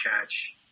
catch